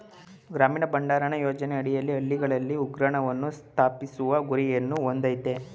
ಗ್ರಾಮೀಣ ಭಂಡಾರಣ ಯೋಜನೆ ಅಡಿಯಲ್ಲಿ ಹಳ್ಳಿಗಳಲ್ಲಿ ಉಗ್ರಾಣಗಳನ್ನು ಸ್ಥಾಪಿಸುವ ಗುರಿಯನ್ನು ಹೊಂದಯ್ತೆ